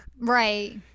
Right